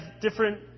different